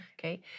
okay